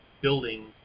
building